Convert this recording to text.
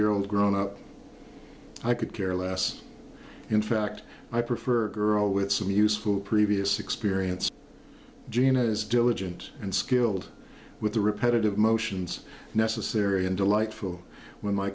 year old grown up i could care less in fact i prefer girl with some useful previous experience jean has diligent and skilled with the repetitive motions necessary and delightful when my